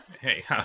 Hey